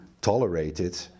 tolerated